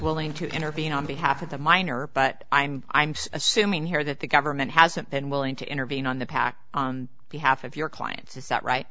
willing to intervene on behalf of the minor but i'm i'm assuming here that the government hasn't been willing to intervene on the pact on behalf of your clients is that right